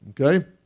okay